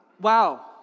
Wow